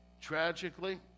Tragically